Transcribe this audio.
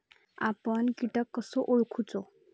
आपन कीटक कसो ओळखूचो?